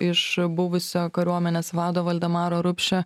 iš buvusio kariuomenės vado valdemaro rupšio